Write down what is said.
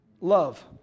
love